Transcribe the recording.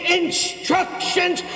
instructions